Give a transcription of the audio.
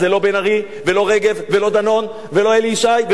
ולא רגב ולא דנון ולא אלי ישי ולא אף אחד אחר.